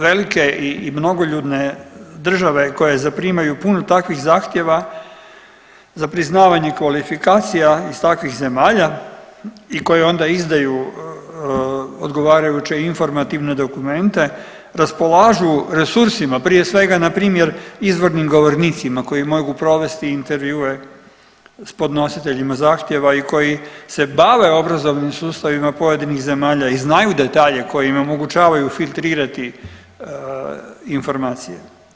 Velike i mnogoljudne države koje zaprimaju puno takvih zahtjeva za priznavanje kvalifikacija iz takvih zemalja i koje onda izdaju odgovarajuće informativne dokumente raspolažu resursima prije svega na primjer izvornim govornicima koji mogu provesti intervjue sa podnositeljima zahtjeva i koji se bave obrazovnim sustavima pojedinih zemalja i znaju detalje koji im omogućavati filtrirati informacije.